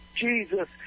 Jesus